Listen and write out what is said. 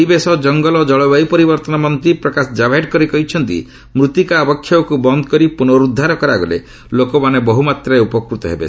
ପରିବେଶ ଜଙ୍ଗଲ ଓ ଜଳବାୟୁ ପରିବର୍ତ୍ତନ ମନ୍ତ୍ରୀ ପ୍ରକାଶ ଜାବ୍ଡେକର କହିଛନ୍ତି ମୃତ୍ତିକା ଅବକ୍ଷୟକୁ ବନ୍ଦ୍ କରି ପୁନରୁଦ୍ଧାର କରାଗଲେ ଲୋକମାନେ ବହୁମାତ୍ରାରେ ଉପକୃତ ହେବେ